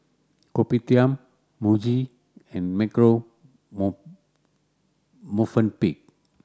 Kopitiam Muji and Marche Movenpick